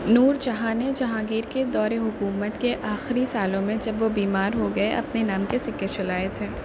نور جہاں نے جہانگیر کے دور حکومت کے آخری سالوں میں جب وہ بیمار ہو گئے اپنے نام کے سکے چلائے تھے